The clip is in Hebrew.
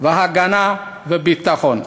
והגנה וביטחון.